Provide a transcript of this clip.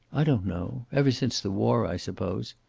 i don't know. ever since the war, i suppose.